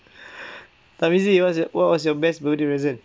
taufizi what's your what was your best birthday present